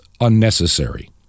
unnecessary